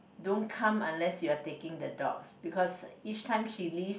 don't come unless you are taking the dogs because each time she leaves